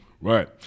right